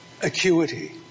Acuity